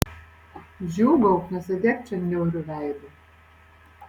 džiūgauk nesėdėk čia niauriu veidu